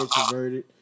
introverted